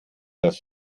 dass